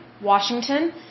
Washington